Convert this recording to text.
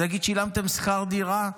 להגיד: שילמתם שכר דירה,